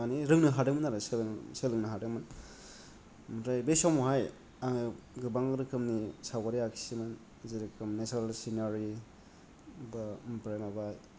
मानि रोंनो हादोंमोन आरो सोलोंनो हादोंमोन ओमफ्राय बे समावहाय आङो गोबां रोखोमनि सावगारि आखियोमोन जेरकम नेचारेल सिनारि बा ओमफ्राय माबा